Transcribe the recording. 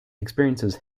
experiences